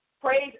Praise